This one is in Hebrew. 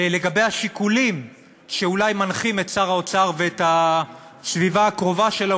לגבי השיקולים שאולי מנחים את שר האוצר ואת הסביבה הקרובה שלו,